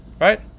right